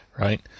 right